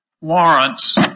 warrants